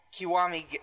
Kiwami